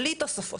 בלי תוספות.